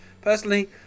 Personally